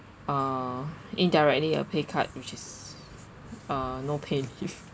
uh indirectly a pay cut which is uh no pay leave